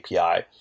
API